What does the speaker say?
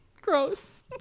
Gross